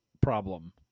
problem